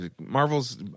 Marvel's